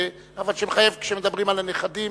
אבל שמחייב כשמדברים על הנכדים,